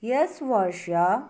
यस वर्ष